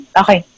okay